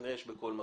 כנראה יש בכל מקום.